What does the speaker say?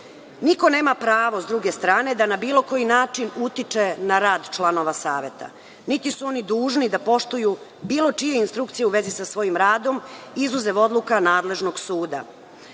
Niko nema pravo, s druge strane, da na bilo koji način utiče na rad članova Saveta, niti su oni dužni da poštuju bilo čije instrukcije u vezi sa svojim radom, izuzev odluka nadležnog suda.